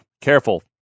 Careful